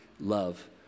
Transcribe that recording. love